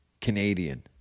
Canadian